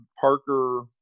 Parker